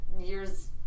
years